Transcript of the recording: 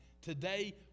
Today